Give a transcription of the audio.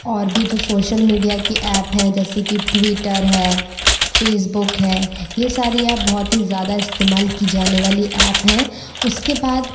और भी जो सोशल मीडिया की ऐप्प हैं जैसे कि ट्वीटर है फ़ेसबुक है ये सारी ऐप्प बहुत ही ज़्यादा इस्तेमाल की जाने वाली ऐप्प हैं उसके बाद